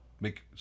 make